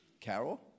Carol